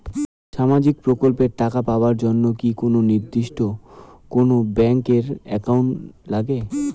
সামাজিক প্রকল্পের টাকা পাবার জন্যে কি নির্দিষ্ট কোনো ব্যাংক এর একাউন্ট লাগে?